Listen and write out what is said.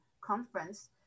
conference